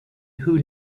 who